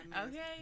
Okay